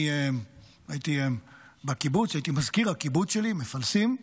כשהייתי מזכיר הקיבוץ שלי, מפלסים,